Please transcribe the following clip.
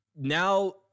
now